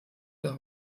der